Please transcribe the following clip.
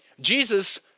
Jesus